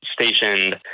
stationed